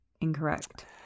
Incorrect